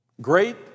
Great